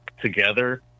together